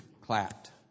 clapped